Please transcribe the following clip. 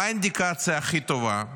מה האינדיקציה הכי טובה,